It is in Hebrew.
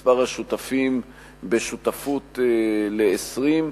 היום יש בפקודה הגבלה של מספר השותפים בשותפות ל-20,